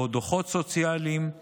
או דוחות סוציאליים,